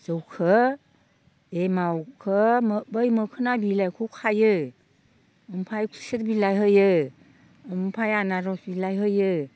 जौखो एमावखौ बै मोखोना बिलाइखो खायो ओमफाय खुसेर बिलाइ होयो ओमफाय आनारस बिलाइ होयो